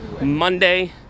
Monday